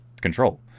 control